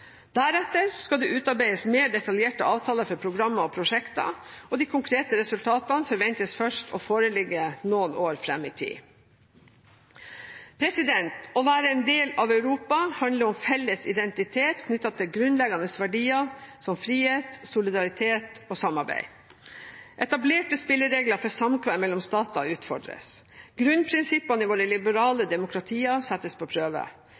Deretter skal det utarbeides mer detaljerte avtaler for programmer og prosjekter, og de konkrete resultatene forventes først å foreligge noen år fram i tid. Å være en del av Europa handler om felles identitet knyttet til grunnleggende verdier som frihet, solidaritet og samarbeid. Etablerte spilleregler for samkvem mellom stater utfordres. Grunnprinsippene i våre liberale demokratier settes på prøve.